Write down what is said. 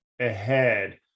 ahead